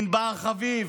ענבר חביב,